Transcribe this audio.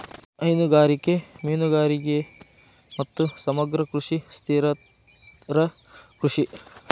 ಹೈನುಗಾರಿಕೆ, ಮೇನುಗಾರಿಗೆ ಮತ್ತು ಸಮಗ್ರ ಕೃಷಿ ಸುಸ್ಥಿರ ಕೃಷಿ